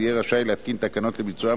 והוא יהיה רשאי להתקין תקנות לביצועם